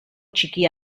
txiki